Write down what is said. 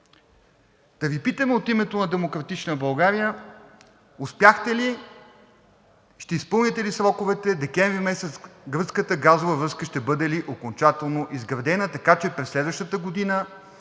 Та Ви питам от името на „Демократична България“: успяхте ли, ще изпълните ли сроковете декември месец? Гръцката газова връзка ще бъде ли окончателно изградена, така че през следващата година